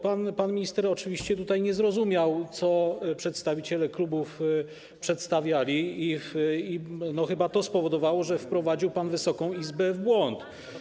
Pan minister oczywiście nie zrozumiał, co przedstawiciele klubów przedstawiali, i chyba to spowodowało, że wprowadził Wysoką Izbę w błąd.